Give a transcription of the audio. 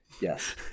Yes